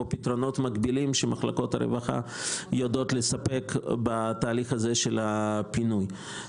כמו פתרונות מקבילים שמחלקות הרווחה יודעות לספק בתהליך הזה של הפינוי.